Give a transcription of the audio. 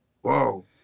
Whoa